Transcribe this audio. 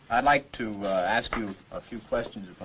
i'd like to ask you a few questions, if i